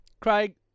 craig